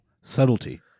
subtlety